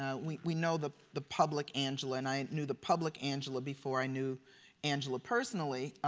ah we we know the the public angela and i and knew the public angela before i knew angela personally.